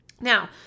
Now